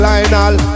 Lionel